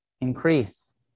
increase